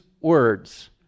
words